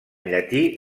llatí